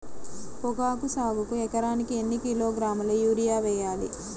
పొగాకు సాగుకు ఎకరానికి ఎన్ని కిలోగ్రాముల యూరియా వేయాలి?